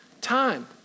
time